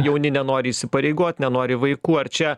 jauni nenori įsipareigot nenori vaikų ar čia